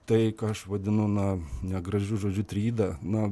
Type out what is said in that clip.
tai ką aš vadinu na negražiu žodžiu trydą na